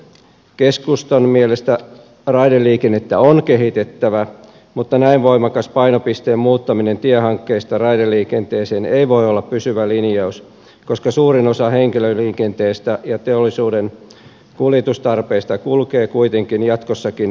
keskustan mielestä raideliikennettä on kehitettävä mutta näin voimakas painopisteen muuttaminen tiehankkeista raideliikenteeseen ei voi olla pysyvä linjaus koska suurin osa henkilöliikenteestä ja teollisuuden kuljetuksista kulkee kuitenkin jatkossakin kumipyörillä